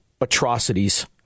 atrocities